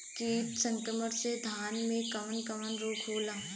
कीट संक्रमण से धान में कवन कवन रोग होला?